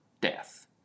death